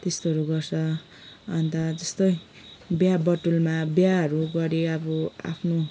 त्यस्तोहरू गर्छ अन्त जस्तै बिहाबटुलमा बिहाहरू गरे अब आफ्नो